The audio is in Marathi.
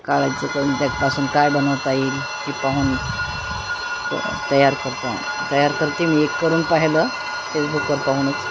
काळायचं करून त्यापासून काय बनवता येईल हे पाहून क तयार करता तयार करते मी एक करून पाहिलं फेसबुकवर पाहूनच